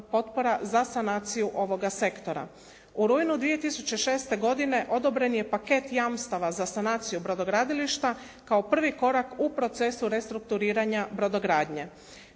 potpora za sanaciju ovoga sektora. U rujnu 2006. godine odobren je paket jamstava za sanaciju brodogradilišta kao prvi korak u procesu restrukturiranja brodogradnje.